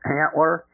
antler